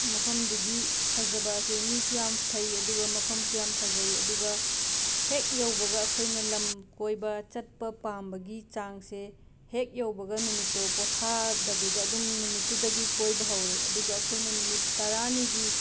ꯃꯐꯝꯗꯨꯒꯤ ꯐꯖꯕ ꯑꯁꯦ ꯃꯤꯁꯨ ꯌꯥꯝꯅ ꯐꯩ ꯑꯗꯨꯒ ꯃꯐꯝꯁꯨ ꯌꯥꯝꯅ ꯐꯖꯩ ꯑꯗꯨꯒ ꯍꯦꯛ ꯌꯧꯕꯒ ꯑꯩꯈꯣꯏꯅ ꯂꯝ ꯀꯣꯏꯕ ꯆꯠꯄ ꯄꯥꯝꯕꯒꯤ ꯆꯥꯡꯁꯦ ꯍꯦꯛ ꯌꯧꯕꯒ ꯅꯨꯃꯤꯠꯇꯣ ꯄꯣꯊꯥꯗꯕꯤꯗ ꯑꯗꯨꯝ ꯅꯨꯃꯤꯠꯇꯨꯗꯒꯤ ꯀꯣꯏꯕ ꯍꯧꯔꯦ ꯑꯗꯨꯒ ꯑꯩꯈꯣꯏꯅ ꯅꯨꯃꯤꯠ ꯇꯔꯥꯅꯤꯒꯤ